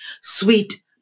sweet